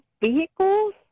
vehicles